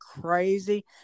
crazy